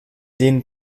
den